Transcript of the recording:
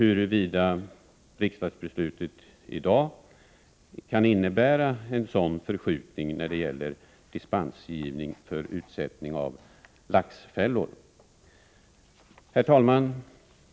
Kan riksdagsbeslutet i dag innebära en sådan förskjutning när det gäller dispensgivning för utsättning av laxfällor som laxfiskarna har befarat? Herr talman!